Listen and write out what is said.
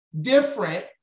different